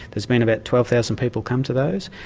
there's been about twelve thousand people come to those,